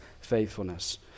faithfulness